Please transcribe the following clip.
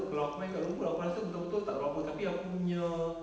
kalau aku main dekat rumput aku rasa betul-betul tak ada apa-apa tapi aku punya